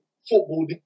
football